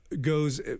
goes